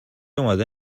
اومدن